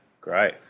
great